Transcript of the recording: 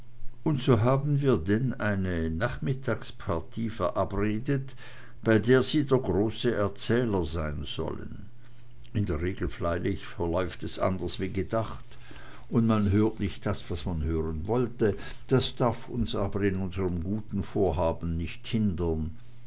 und so haben wir denn eine nachmittagspartie verabredet bei der sie der große erzähler sein sollen in der regel freilich verläuft es anders wie gedacht und man hört nicht das was man hören wollte das darf uns aber in unsern guten vorhaben nicht hindern